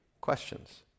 questions